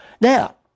Now